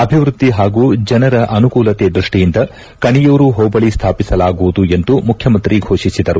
ಅಭಿವೃದ್ಧಿ ಹಾಗೂ ಜನರ ಅನುಕೂಲತೆ ದೃಷ್ಟಿಯಿಂದ ಕಣಿಯೂರು ಹೋಬಳಿ ಸ್ಥಾಪಿಸಲಾಗುವುದು ಎಂದು ಮುಖ್ಯಮಂತ್ರಿ ಘೋಷಿಸಿದರು